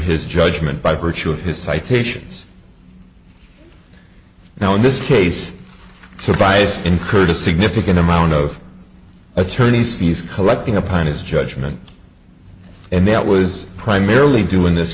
his judgment by virtue of his citations now in this case surprise incurred a significant amount of attorney's fees collecting upon his judgment and that was primarily due in this